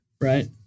right